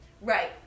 Right